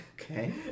Okay